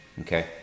okay